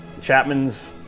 Chapman's